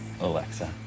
Alexa